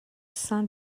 sein